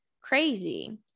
Crazy